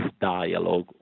dialogue